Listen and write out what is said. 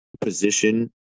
position